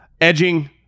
edging